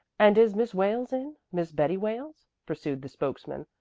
and is miss wales in miss betty wales? pursued the spokesman,